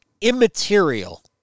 immaterial